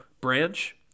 branch